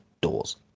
doors